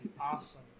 awesome